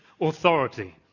authority